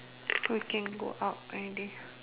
we can go out already